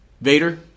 Vader